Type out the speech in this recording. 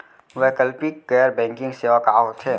वैकल्पिक गैर बैंकिंग सेवा का होथे?